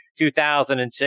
2006